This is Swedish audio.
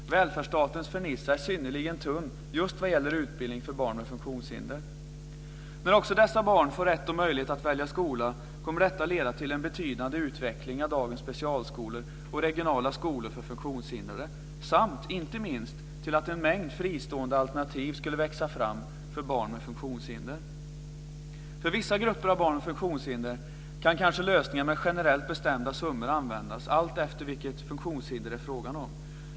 Välfärdsstatens fernissa är synnerligen tunn vad gäller utbildning för barn med funktionshinder. När också dessa barn får rätt och möjlighet att välja skola kommer detta att leda till en betydande utveckling av dagens specialskolor och regionala skolor för funktionshindrade samt, inte minst, till att en mängd fristående alternativ skulle växa fram för barn med funktionshinder. För vissa grupper av barn med funktionshinder kan kanske lösningar med generellt bestämda summor användas, alltefter vilket funktionshinder det är fråga om.